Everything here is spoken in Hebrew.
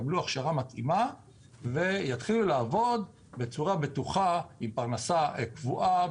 הם יקבלו הכשרה מתאימה ויתחילו לעבוד בצורה בטוחה עם פרנסה קבועה,